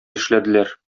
эшләделәр